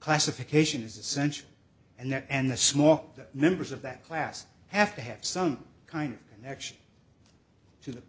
classification is essential and that and the small that members of that class have to have some kind of action to the